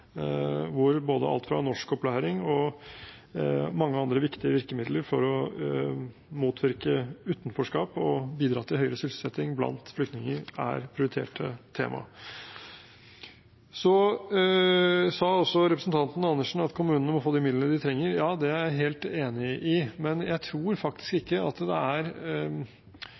hvor alt fra norskopplæring til mange andre viktige virkemidler for å motvirke utenforskap og bidra til høyere sysselsetting blant flyktninger er prioriterte temaer. Så sa også representanten Andersen at kommunene må få de midlene de trenger. Ja, det er jeg helt enig i. Men jeg tror faktisk ikke at det er